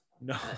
No